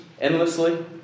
endlessly